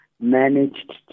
managed